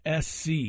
SC